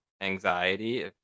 anxiety